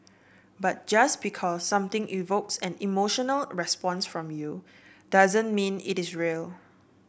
but just because something evokes an emotional response from you doesn't mean it is real